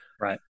right